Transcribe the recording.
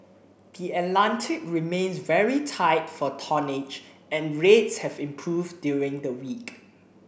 the Atlantic remains very tight for tonnage and rates have improved during the week